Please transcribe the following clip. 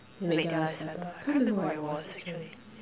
makes their lives better I can't remember what it was actually